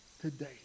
today